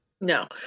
No